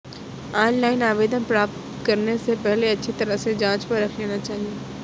online आवेदन प्राप्त करने से पहले अच्छी तरह से जांच परख लेना चाहिए